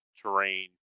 terrain